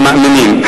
למאמינים,